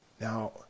Now